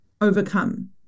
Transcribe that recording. overcome